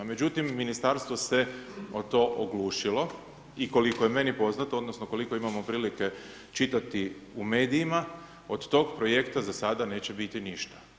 Međutim, ministarstvo se o to oglušilo i koliko je meni poznato odnosno koliko imamo prilike čitati u medijima, od tog projekta za sada neće biti ništa.